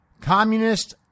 communist